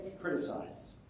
criticize